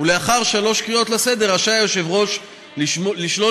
ולאחר שלוש קריאות לסדר רשאי היושב-ראש לשלול